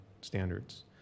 standards